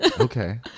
Okay